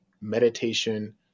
meditation